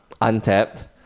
Untapped